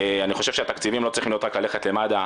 אני חושב שהתקציבים לא צריכים ללכת רק למד"א,